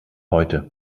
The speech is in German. heute